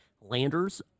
Landers